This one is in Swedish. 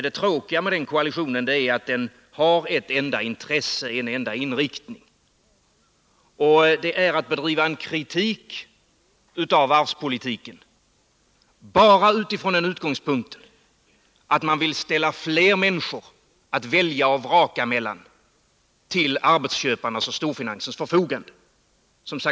Det tråkiga med den koalitionen är att den har en enda inriktning, = ställda vid Svenska och det är att bedriva kritik av varvspolitiken bara med det syftet att ställa — Varv AB flera människor till arbetsköparnas och storfinansens förfogande, att välja och vraka emellan.